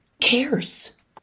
cares